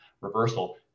reversal